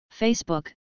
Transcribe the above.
Facebook